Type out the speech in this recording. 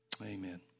Amen